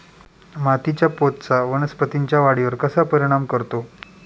मातीच्या पोतचा वनस्पतींच्या वाढीवर कसा परिणाम करतो?